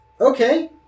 okay